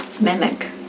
mimic